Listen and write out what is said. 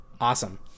Awesome